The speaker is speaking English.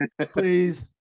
Please